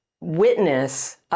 witness